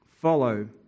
follow